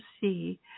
see